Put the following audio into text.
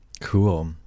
cool